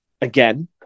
again